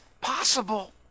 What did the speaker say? possible